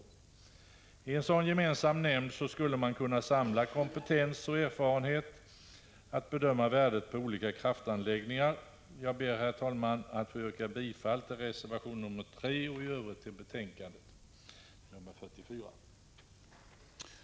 1985/86:147 en sådan gemensam nämnd skulle man kunna samla kompetens och 21 maj 1986 erfarenhet att bedöma värdet på olika kraftanläggningar. P SEND Vissa frågor inför all Jag ber, herr talman, att få yrka bifall till reservation nr 3 och i övrigt till S eh E utskottets hemställan i dess betänkande nr 44.